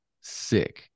sick